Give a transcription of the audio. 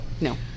No